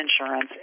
insurance